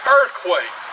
earthquake